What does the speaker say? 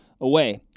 away